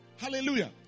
Hallelujah